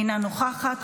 אינה נוכחת,